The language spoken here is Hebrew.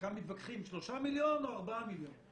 וכאן מתווכחים 3 מיליון או 4 מיליון.